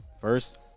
first